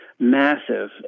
massive